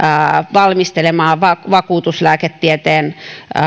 valmistelemaan vakuutuslääketieteen